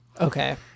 Okay